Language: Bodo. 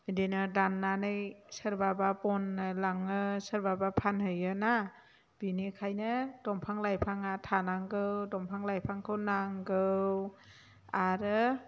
बिदिनो दाननानै सोरबाबा बननो लाङो सोरबाबा फानहैयो ना बिनिखायनो दंफां लाइफाङा थानांगौ दंफां लाइफांखौ नांगौ आरो